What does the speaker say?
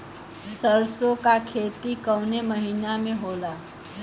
सरसों का खेती कवने महीना में होला?